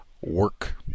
work